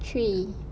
three